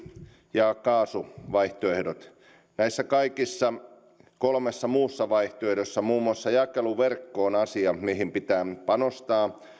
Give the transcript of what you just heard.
ja kaasuvaihtoehdot näissä kaikissa kolmessa muussa vaihtoehdossa muun muassa jakeluverkko on asia mihin pitää panostaa